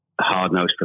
hard-nosed